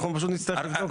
אנחנו פשוט נצטרך לבדוק.